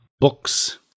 books